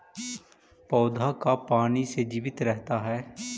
पौधा का पाने से जीवित रहता है?